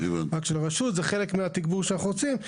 זה חלק מהתגבור שאנחנו רוצים,